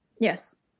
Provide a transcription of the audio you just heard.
Yes